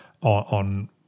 on